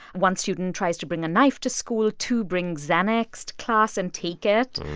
one student tries to bring a knife to school two bring xanax to class and take it.